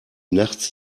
nachts